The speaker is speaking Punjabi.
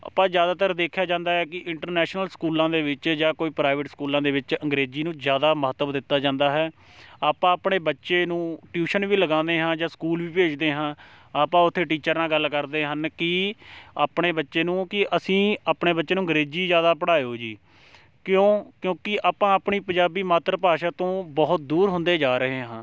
ਆਪਾਂ ਜ਼ਿਆਦਾਤਰ ਦੇਖਿਆ ਜਾਂਦਾ ਹੈ ਕਿ ਇੰਟਰਨੈਸ਼ਨਲ ਸਕੂਲਾਂ ਦੇ ਵਿੱਚ ਜਾਂ ਕੋਈ ਪ੍ਰਾਈਵੇਟ ਸਕੂਲਾਂ ਦੇ ਵਿੱਚ ਅੰਗਰੇਜ਼ੀ ਨੂੰ ਜ਼ਿਆਦਾ ਮਹੱਤਵ ਦਿੱਤਾ ਜਾਂਦਾ ਹੈ ਆਪਾਂ ਆਪਣੇ ਬੱਚੇ ਨੂੰ ਟਿਊਸ਼ਨ ਵੀ ਲਗਾਉਂਦੇ ਹਾਂ ਜਾਂ ਸਕੂਲ ਵੀ ਭੇਜਦੇ ਹਾਂ ਆਪਾਂ ਉੱਥੇ ਟੀਚਰ ਨਾਲ ਗੱਲ ਕਰਦੇ ਹਨ ਕਿ ਆਪਣੇ ਬੱਚੇ ਨੂੰ ਕਿ ਅਸੀਂ ਆਪਣੇ ਬੱਚੇ ਨੂੰ ਅੰਗਰੇਜ਼ੀ ਜ਼ਿਆਦਾ ਪੜਾਇਓ ਜੀ ਕਿਉਂ ਕਿਉਂਕਿ ਆਪਾਂ ਆਪਣੀ ਪੰਜਾਬੀ ਮਾਤਰ ਭਾਸ਼ਾ ਤੋਂ ਬਹੁਤ ਦੂਰ ਹੁੰਦੇ ਜਾ ਰਹੇ ਹਾਂ